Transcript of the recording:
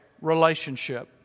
relationship